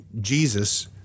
Jesus